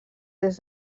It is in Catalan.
des